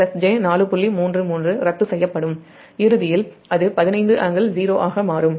33 ரத்து செய்யப்படும் இறுதியில் அது 15∟0 ஆக மாறும்